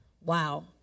wow